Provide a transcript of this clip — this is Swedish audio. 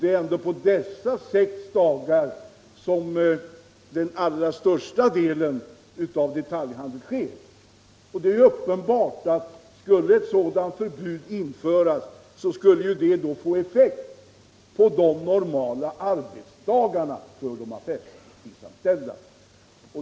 Det är ändå på dessa dagar som den allra största delen av detaljhandeln sker. Det är tänkbart att ett förbud mot öppethållande på sönoch helgdagar skulle få effekt på den normala affärstiden för de affärsanställda.